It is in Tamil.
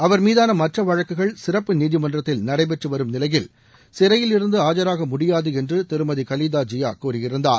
அவர் மீதான மற்ற வழக்குகள் சிறப்பு நீதிமன்றத்தில் நடைபெற்று வரும் நிலையில் சிறையில் இருந்து ஆஜராக முடியாது என்று திருமதி கலிதா ஜியா கூறியிருந்தார்